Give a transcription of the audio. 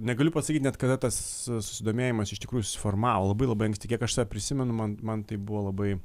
negaliu pasakyt net kada tas susidomėjimas iš tikrųjų susiformavo labai labai anksti kiek aš save prisimenu man man tai buvo labai